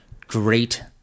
great